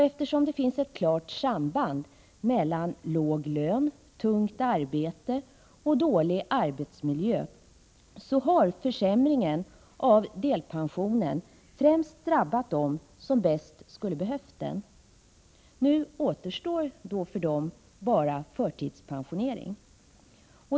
Eftersom det finns ett klart samband mellan låg lön, tungt arbete och dålig arbetsmiljö, har försämringen av delpensionen främst drabbat dem som bäst skulle ha behövt den. Nu återstår för dem bara förtidspensionering.